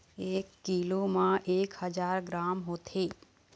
एक कीलो म एक हजार ग्राम होथे